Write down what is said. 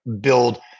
build